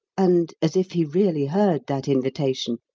and, as if he really heard that invitation,